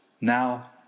now